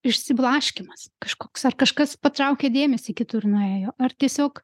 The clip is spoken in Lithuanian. išsiblaškymas kažkoks ar kažkas patraukė dėmesį kitur nuėjo ar tiesiog